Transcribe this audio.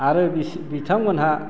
आर बिथांमोनहा